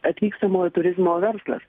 atvykstamojo turizmo verslas